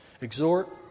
Exhort